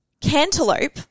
cantaloupe